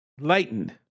lightened